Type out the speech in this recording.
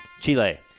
Chile